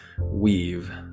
weave